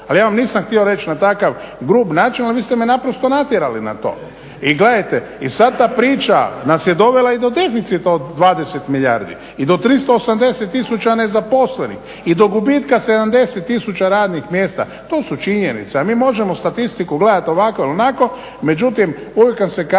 Ali ja vam nisam htio reći na takav grub način ali vi ste me naprosto natjerali na to. I gledajte i sada ta priča nas je dovela do deficita od 20 milijardi i do 380 tisuća nezaposlenih i do gubitka 70 tisuća radnih mjesta. To su činjenice, a mi možemo statistiku gledati ovako ili onako međutim uvijek kada se kaže